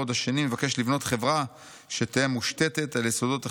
בעוד השני מבקש לבנות חברה "שתהא מושתתת על יסודות החירות,